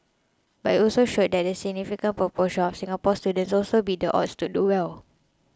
but it also showed that a significant proportion of Singapore students also beat the odds to do well